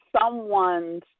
someone's